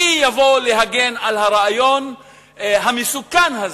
מי יבוא להגן על הרעיון המסוכן הזה?